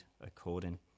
according